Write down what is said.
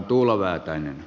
arvoisa puhemies